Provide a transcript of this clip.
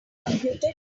computed